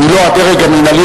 אם לא הדרג המינהלי,